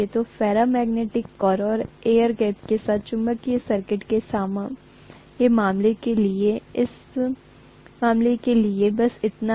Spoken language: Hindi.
तो फेरोमैग्नेटिक कोर और एयर गैप के साथ चुंबकीय सर्किट के मामले के लिए बस इतना ही